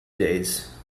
days